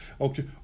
okay